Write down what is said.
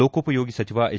ಲೋಕೋಪಯೋಗಿ ಸಚಿವ ಎಚ್